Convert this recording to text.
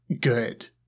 good